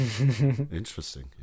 Interesting